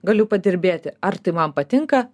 galiu padirbėti ar tai man patinka